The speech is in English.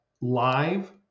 live